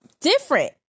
different